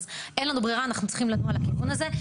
אז אין לנו ברירה ואנחנו צריכים לנוע לכיוון הזה.